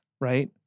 right